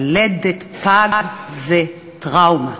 ללדת פג זה טראומה.